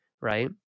right